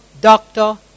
doctor